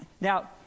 Now